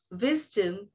wisdom